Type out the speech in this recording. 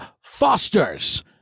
Foster's